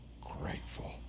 grateful